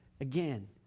again